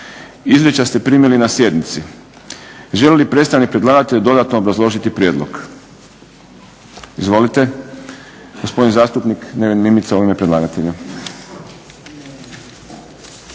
Izvješća ste primili na sjednici. Želi li predstavnik predlagatelja dodatno obrazložiti prijedlog? Izvolite, gospodin zastupnik Neven Mimica u ime predlagatelja.